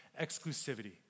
exclusivity